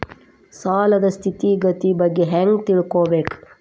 ಸಾಲದ್ ಸ್ಥಿತಿಗತಿ ಬಗ್ಗೆ ಹೆಂಗ್ ತಿಳ್ಕೊಬೇಕು?